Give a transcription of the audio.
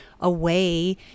away